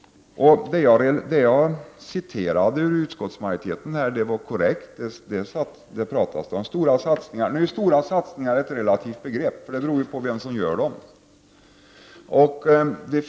Vad jag citerade från utskottsmajoritetens skrivning var korrekt. Utskottsmajoriteten skriver om stora satsningar. ”Stora satsningar” är emellertid ett relativt begrepp, eftersom det beror på dem som står för dem.